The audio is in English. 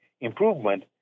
improvement